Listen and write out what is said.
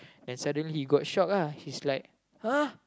and suddenly he got shocked ah he's like !huh!